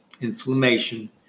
inflammation